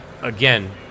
Again